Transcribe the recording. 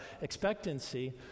expectancy